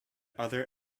other